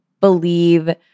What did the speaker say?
believe